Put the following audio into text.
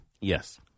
Yes